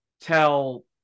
tell